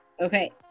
okay